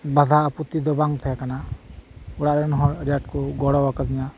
ᱵᱟᱫᱷᱟ ᱟᱯᱚᱛᱤ ᱫᱚ ᱵᱟᱝ ᱛᱟᱦᱮᱸ ᱠᱟᱱᱟ ᱚᱲᱟᱜ ᱨᱮᱱ ᱦᱚᱲ ᱟᱹᱰᱤ ᱟᱸᱴᱠᱩ ᱜᱚᱲᱚ ᱟᱠᱟᱫᱤᱧᱟᱹ